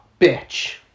bitch